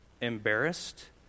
embarrassed